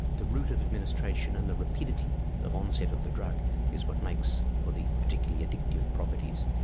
the route of administration and the rapidity of onset of the drug is what makes for the particularly addictive properties.